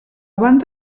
banda